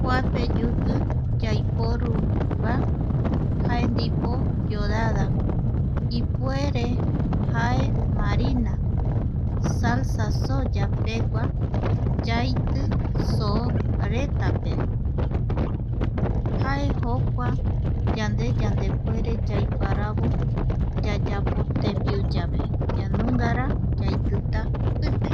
Kuape yuki yaiporuva jae ndipo yodada, ipuere jae marina, salsa soya pegua yaiti soo retape jae jokua yande yande puere yaiparavo yayapo tembiu yave, kia nungara yaitita pipe